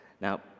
Now